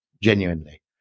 genuinely